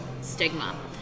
stigma